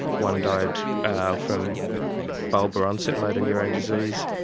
one died from bulbar onset motor neurone disease,